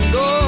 go